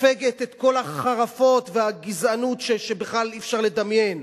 וסופגת את כל החרפות והגזענות שבכלל אי-אפשר לדמיין.